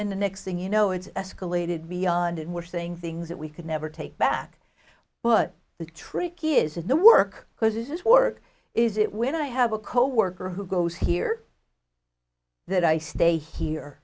then the next thing you know it's escalated beyond and we're saying things that we could never take back but the tricky is in the work because this is work is it when i have a coworker who goes here that i stay here